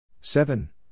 Seven